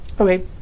Okay